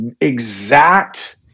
exact